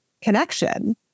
connection